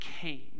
came